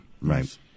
Right